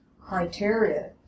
criteria